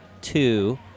two